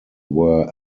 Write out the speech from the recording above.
were